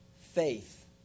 faith